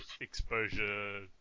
exposure